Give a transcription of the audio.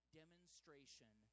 demonstration